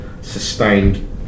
sustained